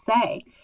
say